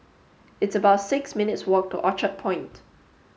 it's about six minutes' walk to Orchard Point